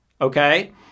Okay